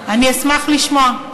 אני אשמח לשמוע.